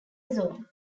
zone